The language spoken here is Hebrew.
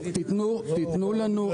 תנו לנו,